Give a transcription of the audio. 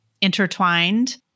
intertwined